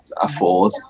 afford